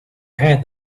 had